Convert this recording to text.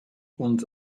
und